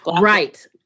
Right